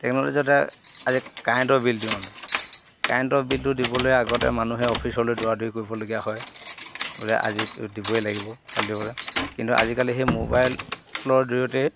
technology এটা আজি কাৰেণ্টৰ বিল দিওঁ আমি কাৰেণ্টৰ বিলটো দিবলৈ আগতে মানুহে অফিচলৈ দৌৰাদৌৰি কৰিবলগীয়া হয় বোলে আজি দিবৈ লাগিব কালি দিবলৈ কিন্তু আজিকালি সেই মোবাইলৰ জৰিয়তে